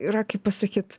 yra kaip pasakyt